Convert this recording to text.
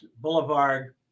Boulevard